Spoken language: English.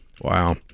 wow